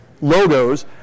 logos